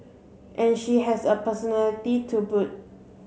and she has a personality to boot